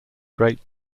great